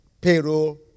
Payroll